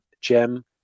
gem